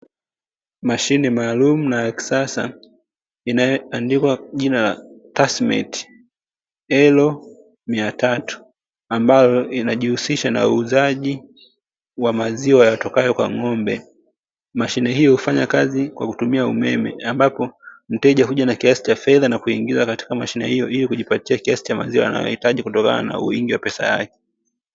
mashine maalumu na ya kisasa, inayoandikwa jina la "TASSMATI L 300" ambayo inajihusisha na uuzaji wa maziwa yatokayo kwa ng'ombe. Mashine hiyo hufanyakazi kwa kutumia umeme ambapo mteja huja na kiasi cha fedha na kuingiza katika mashine hiyo ili kujipatia kiasi cha maziwa anayohitaji kutokana na wingi wa pesa yake.